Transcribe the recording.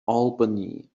albany